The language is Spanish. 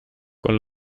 con